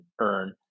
earn